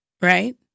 right